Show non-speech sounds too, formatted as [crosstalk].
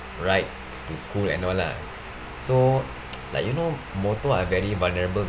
ride to school and all lah so [noise] like you know motor are very vulnerable